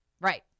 Right